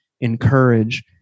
encourage